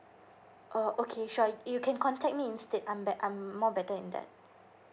uh okay sure you can contact me instead I'm bett~ I'm more better than that